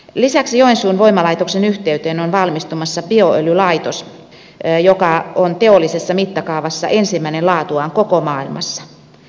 lisäksi joensuun voimalaitoksen yhteyteen on valmistumassa bioöljylaitos joka on teollisessa mittakaavassa ensimmäinen laatuaan koko maailmassa